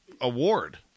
award